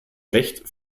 recht